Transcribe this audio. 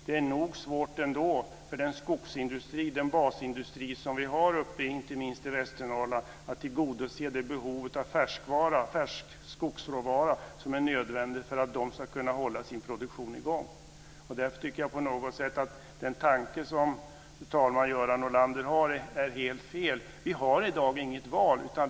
Det är svårt nog ändå för den skogsindustri, den basindustri, som vi har inte minst uppe i Västernorrland att tillgodose behovet av färskvara, färsk skogsråvara, vilket är nödvändigt för att de ska kunna hålla sin produktion i gång. Därför tycker jag, fru talman, att den tanke som Göran Norlander har är helt fel. Vi har i dag inget val.